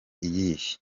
iyihe